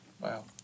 Wow